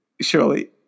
surely